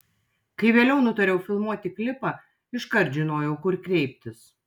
kai vėliau nutariau filmuoti klipą iškart žinojau kur kreiptis